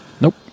Nope